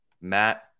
Matt